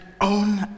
own